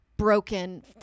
Broken